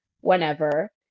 whenever